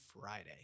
Friday